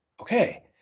Okay